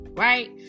Right